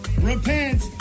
Repent